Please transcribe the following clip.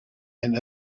and